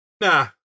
Nah